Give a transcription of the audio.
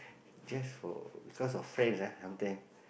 just for because of friends ah sometimes